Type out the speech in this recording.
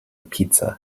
pizza